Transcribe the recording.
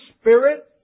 Spirit